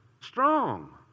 strong